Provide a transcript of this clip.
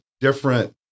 different